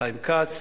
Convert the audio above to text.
חיים כץ,